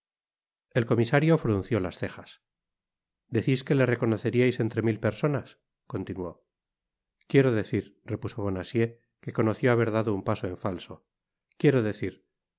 el comisario frunció las cejas decis que le reconoceriais entre mil personas continuó quiero decir repuso bonacieux que conoció haber dado un paso en falso quiero decir habeis contestado que